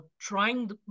trying